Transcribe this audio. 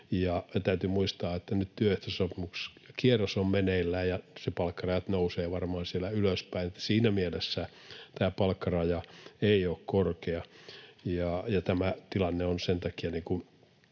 Täytyy muistaa, että nyt työehtosopimuskierros on meneillään ja palkkarajat varmaan nousevat siellä ylöspäin. Siinä mielessä tämä palkkaraja ei ole korkea, ja sen takia